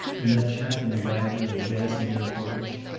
and that chap in the wagon, and the gasoline torch.